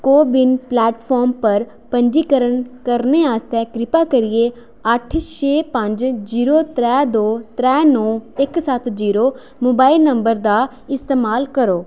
को win platform पर पंजीकर्ण करने आस्तै किरपा करियै अट्ठ छे पंज जीरो त्रै दो त्रै नौ इक सत्त जीरो मोबाइल नंबर दा इस्तेमाल करो